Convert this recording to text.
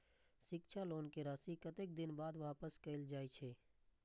शिक्षा लोन के राशी कतेक दिन बाद वापस कायल जाय छै?